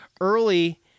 early